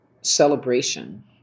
celebration